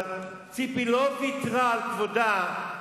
אבל ציפי לא ויתרה על כבודה.